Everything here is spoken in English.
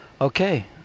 okay